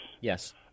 Yes